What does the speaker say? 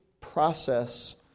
process